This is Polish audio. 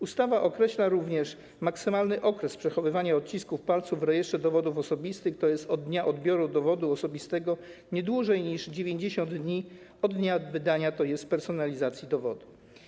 Ustawa określa również maksymalny okres przechowywania odcisków palców w Rejestrze Dowodów Osobistych, tj. do dnia odbioru dowodu osobistego, nie dłużej niż do 90 dni od dnia wydania, tj. personalizacji dowodu.